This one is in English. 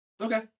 Okay